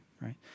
right